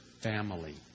family